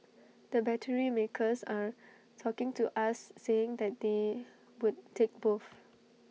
the battery makers are talking to us saying that they would take both